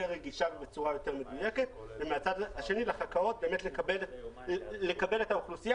רגישה ובצורה יותר מדויקת ומהצד השני לחברות לקבל את האוכלוסייה